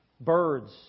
birds